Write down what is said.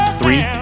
three